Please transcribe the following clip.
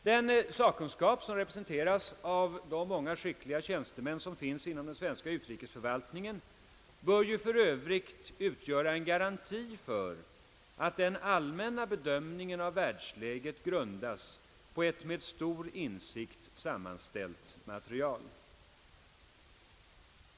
Den sakkunskap som representeras av de många skickliga tjänstemännen inom den svenska utrikesförvaltningen bör för övrigt utgöra en garanti för att den allmänna bedömningen av världsläget grundas på ett med stor insikt sammanställt material.